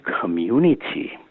community